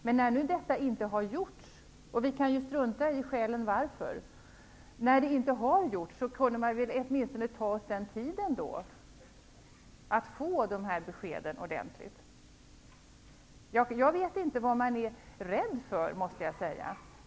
Men när detta inte har gjorts -- vi kan strunta i skälen till det -- kunde vi åtminstone ta oss tid att få fram de här beskeden ordentligt. Jag vet inte vad man är rädd för, måste jag säga.